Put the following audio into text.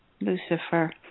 Lucifer